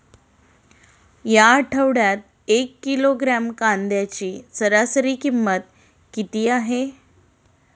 या आठवड्यात एक किलोग्रॅम कांद्याची सरासरी किंमत किती आहे?